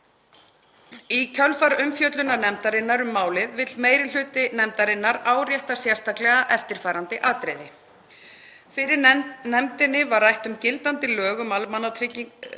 Í kjölfar umfjöllunar nefndarinnar um málið vill meiri hluti nefndarinnar árétta sérstaklega eftirfarandi atriði. Fyrir nefndinni var rætt um að gildandi lög um almannatryggingar